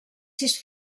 sis